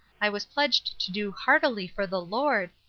i was pledged to do heartily for the lord,